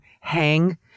hang